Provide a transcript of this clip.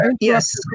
Yes